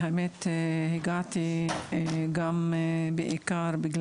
ובאמת הגעתי גם בעיקר,